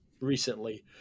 recently